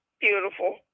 beautiful